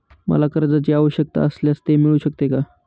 मला कर्जांची आवश्यकता असल्यास ते मिळू शकते का?